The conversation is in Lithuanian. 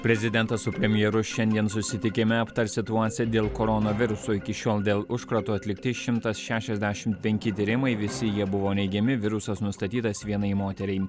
prezidentas su premjeru šiandien susitikime aptars situaciją dėl koronaviruso iki šiol dėl užkrato atlikti šimtas šešiasdešim penki tyrimai visi jie buvo neigiami virusas nustatytas vienai moteriai